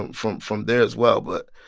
um from from there as well, but.